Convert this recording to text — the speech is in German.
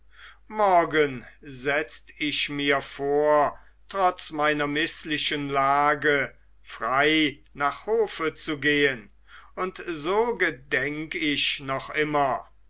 morgen setzt ich mir vor trotz meiner mißlichen lage frei nach hofe zu gehen und so gedenk ich noch immer